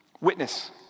Witness